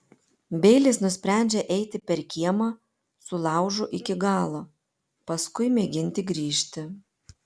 beilis nusprendžia eiti per kiemą su laužu iki galo paskui mėginti grįžti